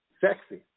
Sexy